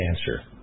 answer